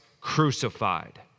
crucified